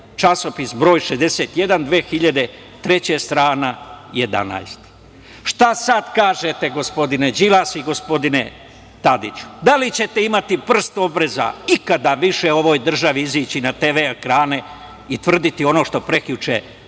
časopis br. 61, 2003. godine, strana 11. Šta sada kažete gospodine Đilas i gospodine Tadiću? Da li ćete imati prst obraza ikada više u ovoj državi izaći na TV ekrane i tvrditi ono što prekjuče